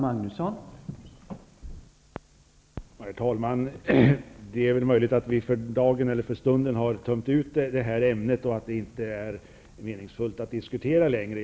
Herr talman! Det är möjligt att vi för stunden har tömt ut det här ämnet och att det inte är meningsfullt att diskutera längre.